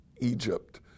Egypt